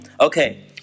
Okay